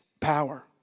power